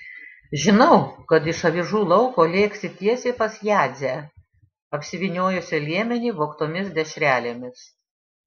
žinau kad iš avižų lauko lėksi tiesiai pas jadzę apsivyniojusią liemenį vogtomis dešrelėmis